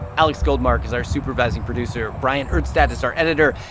alex goldmark is our supervising producer. bryant urstadt is our editor.